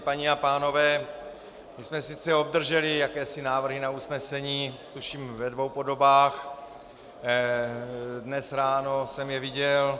Paní a pánové, my jsme sice obdrželi jakési návrhy na usnesení tuším ve dvou podobách, dnes ráno jsem je viděl